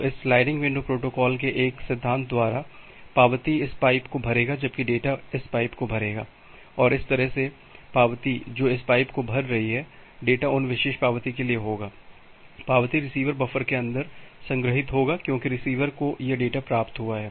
तो इस sliding window protocol के एक सिद्धांत द्वारा पावती इस पाइप को भरेगा जबकि डेटा इस पाइप को भरेगा और इस तरह पावती जो इस पाइप को भर रही है डेटा उन विशेष पावती के लिए होगा पावती रिसीवर बफ़र के अंदर संग्रहीत होगा क्योंकि रिसीवर को यह डेटा प्राप्त हुआ है